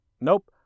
nope